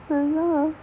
அய்யடா:ayyadaa